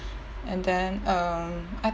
and then um I